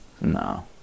No